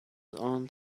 aunt